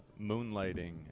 Moonlighting